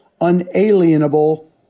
unalienable